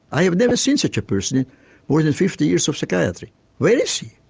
i've never seen such a person in more than fifty years of psychiatry where is he,